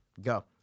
Go